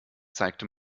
zeigte